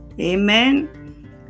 Amen